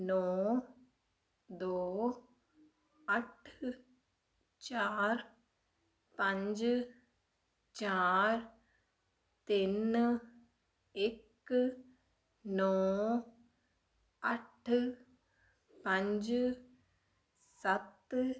ਨੌਂ ਦੋ ਅੱਠ ਚਾਰ ਪੰਜ ਚਾਰ ਤਿੰਨ ਇੱਕ ਨੌਂ ਅੱਠ ਪੰਜ ਸੱਤ